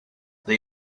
they